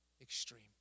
extreme